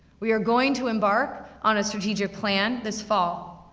we are going to embark on a strategic plan this fall.